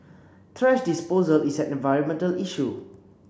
thrash disposal is an environmental issue